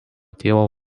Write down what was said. tėvo